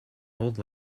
old